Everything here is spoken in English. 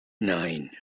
nine